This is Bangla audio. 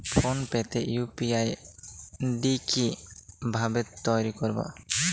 ফোন পে তে ইউ.পি.আই আই.ডি কি ভাবে তৈরি করবো?